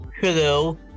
Hello